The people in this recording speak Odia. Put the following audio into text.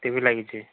ଟି ଭି ଲାଗିଛି